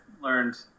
learned